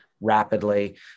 rapidly